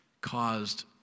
caused